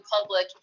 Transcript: public